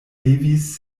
levis